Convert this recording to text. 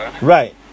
Right